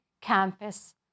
campus